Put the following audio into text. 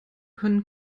können